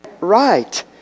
right